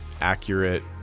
accurate